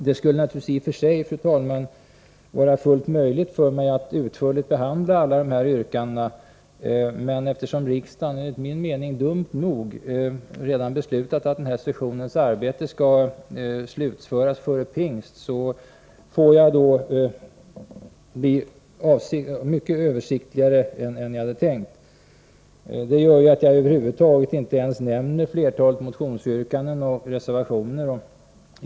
Det skulle naturligtvis i och för sig, fru talman, vara fullt möjligt för mig att utförligt behandla alla dessa yrkanden. Men eftersom riksdagen — enligt min mening dumt nog — redan beslutat att denna sessions arbete skall slutföras före pingst, får jag bli mycket översiktligare än jag hade tänkt. Det gör att jag över huvud taget inte ens nämner flertalet motionsyrkanden och reservationer.